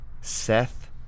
Seth